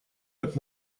так